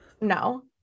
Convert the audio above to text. no